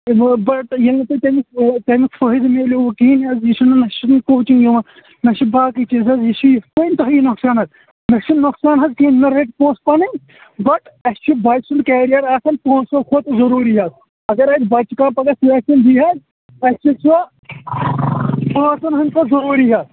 بَٹ ییٚمِس نہٕ تمیُک فٲیِدٕ ملیووٕ کِہیٖنۍ یہِ چھُنہٕ نہ چھُ کوچِنٛگ یِوان نہ چھُ باقےٕ چیٖز یہِ چھُ یِتھ پٲٹھۍ تۄہی نۄقصان حظ اَسہِ چھُنہٕ نۄقصان حَظ کِہیٖنۍ مےٚ رٔٹۍ پونٛسہٕ پَنٕنۍ بَٹ اسہِ چھُ بَچہٕ سُنٛد کیرِیَر آسان پونٛسو کھۄتہٕ ضروٗری حظ اگر اسہِ بَچہِ کانٛہہ پگہہ سلیکشن نی حظ اَسہِ چھُ سُہ پونٛسَن ہِنٛدۍ کھۄتہٕ ضروٗری حظ